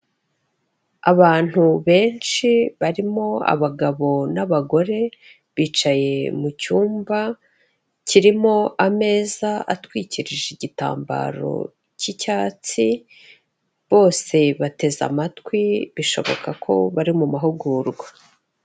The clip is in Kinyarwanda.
Abantu benshi barimo abagabo n'abagore, bicaye mu cyumba kirimo ameza atwikirije igitambaro cy'icyatsi, bose bateze amatwi bishoboka ko bari mu mahugurwa.